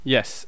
Yes